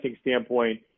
standpoint